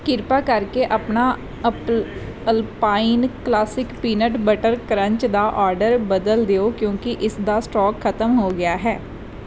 ਕਿਰਪਾ ਕਰਕੇ ਆਪਣਾ ਅਪ Alpine classic peanut butter crunch ਦਾ ਆਡਰ ਬਦਲ ਦਿਓ ਕਿਉਂਕਿ ਇਸ ਦਾ ਸਟੋਕ ਖਤਮ ਹੋ ਗਿਆ ਹੈ